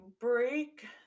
break